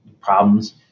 problems